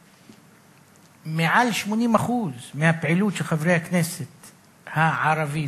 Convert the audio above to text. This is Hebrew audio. שמעל 80% מהפעילות של חברי הכנסת הערבים,